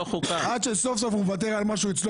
עד שסוף סוף הוא מוותר על משהו אצלו,